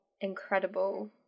incredible